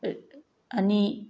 ꯑꯅꯤ